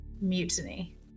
mutiny